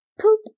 Poop